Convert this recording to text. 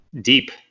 deep